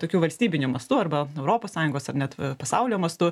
tokiu valstybiniu mastu arba europos sąjungos ar net pasaulio mastu